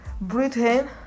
britain